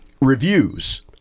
reviews